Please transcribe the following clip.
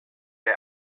the